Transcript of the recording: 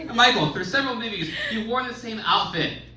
michael, through several movies you wore the same outfit.